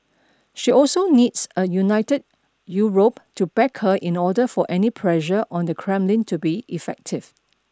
she also needs a united Europe to back her in order for any pressure on the Kremlin to be effective